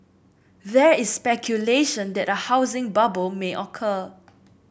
there is speculation that a housing bubble may occur